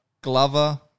Glover